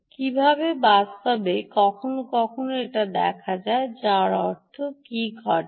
কীভাবে বাস্তবে কখনও কখনও এরকম দেখা দেয় যার অর্থ কী ঘটে